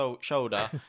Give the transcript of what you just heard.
shoulder